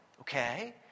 Okay